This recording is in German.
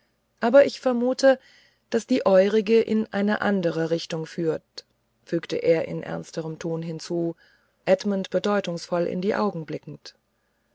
aber ich vermute daß die eurige in eine andere richtung führt fügte er in ernsterem ton hinzu edmund bedeutungsvoll in die augen blickend